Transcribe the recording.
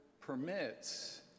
permits